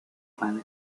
padre